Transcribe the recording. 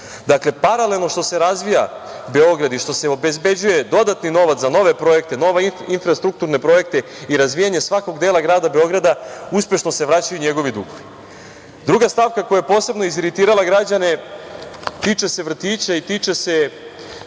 Dakle, paralelno što se razvija Beograd i što se obezbeđuje dodatni novac za nove projekte, za nove infrastrukturne projekte i razvijanje svakog dela grada Beograda, uspešno se vraćaju njegovi dugovi. Druga stavka koja je posebno iziritirala građane tiče se vrtića i tiče se